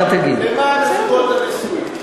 למען הזוגות הנשואים.